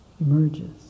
emerges